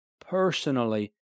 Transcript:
personally